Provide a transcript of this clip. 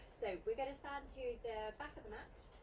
so we're gonna stand to the back of the mat.